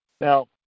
Now